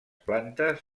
plantes